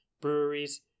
breweries